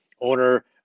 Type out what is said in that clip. owner